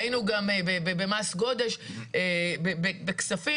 והיינו גם במס גודש, בכספים.